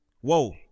Whoa